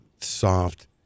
soft